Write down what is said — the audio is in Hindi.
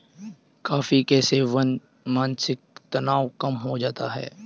कॉफी के सेवन से मानसिक तनाव कम हो जाता है